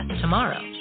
tomorrow